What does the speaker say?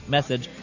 Message